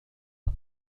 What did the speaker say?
بعد